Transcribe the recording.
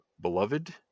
beloved